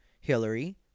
hillary